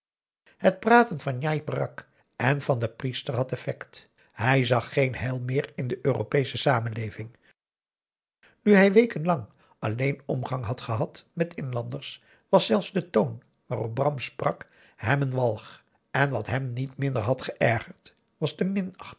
het praten van njai peraq en van den priester had effect hij zag geen heil meer in de europeesche samenleving nu hij wekenlang alleen omgang had gehad met inlanders was zelfs de toon waarop bram sprak hem een walg en wat hem niet minder had geërgerd